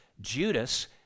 Judas